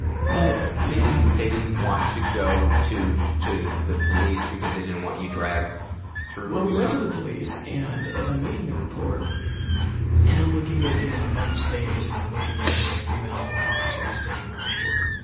but yeah and they didn't want to go to to the police because they didn't want you dragged through, l we went to the police and as i'm making the report and i'm looking at you know my mother's face and i'm looking at the female officer who's taking my report,